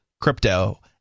crypto